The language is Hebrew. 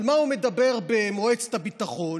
על מה הוא מדבר במועצת הביטחון?